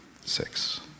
six